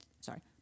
sorry